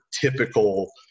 typical